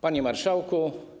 Panie Marszałku!